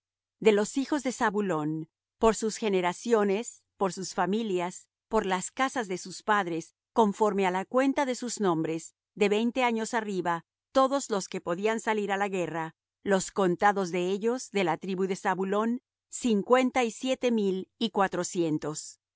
de los hijos de zabulón por sus generaciones por sus familias por las casas de sus padres conforme á la cuenta de sus nombres de veinte años arriba todos los que podían salir á la guerra los contados de ellos de la tribu de zabulón cincuenta y siete mil y cuatrocientos